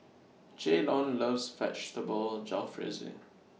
Jaylon loves Vegetable Jalfrezi